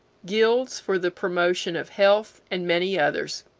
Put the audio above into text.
guilds for the promotion of health, and many others.